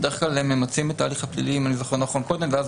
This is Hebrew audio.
בדרך כלל ממצים את ההליך הפלילי אם אני